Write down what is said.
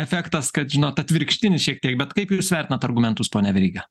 efektas kad žinot atvirkštinis šiek tiek bet kaip jūs vertinat argumentus pone veryga